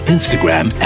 Instagram